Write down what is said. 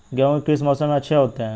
गेहूँ किस मौसम में अच्छे होते हैं?